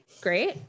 Great